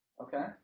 Okay